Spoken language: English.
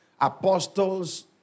Apostles